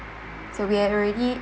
so we had already